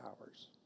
hours